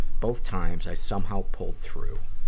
both times, i somehow pulled through.